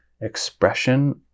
expression